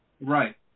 Right